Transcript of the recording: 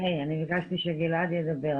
אני בקשתי שגלעד ידבר,